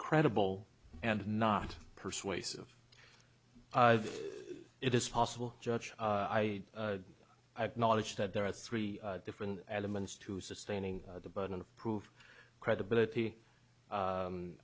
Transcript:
credible and not persuasive it is possible judge i have knowledge that there are three different elements to sustaining the burden of proof credibility